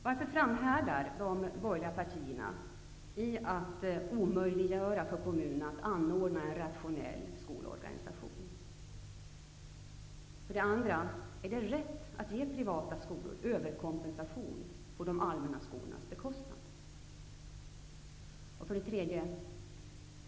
Varför framhärdar de borgerliga partierna i att omöjliggöra för kommunera att anordna en rationell skolorganisation? 2. Är det rätt att ge privata skolor överkompensation på de allmänna skolornas bekostnad? 3.